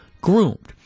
groomed